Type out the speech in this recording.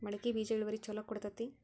ಮಡಕಿ ಬೇಜ ಇಳುವರಿ ಛಲೋ ಕೊಡ್ತೆತಿ?